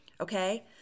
Okay